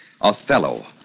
Othello